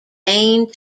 gained